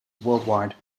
worldwide